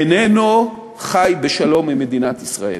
איננו חי בשלום עם מדינת ישראל.